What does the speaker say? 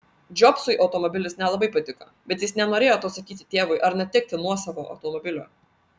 džobsui automobilis nelabai patiko bet jis nenorėjo to sakyti tėvui ar netekti nuosavo automobilio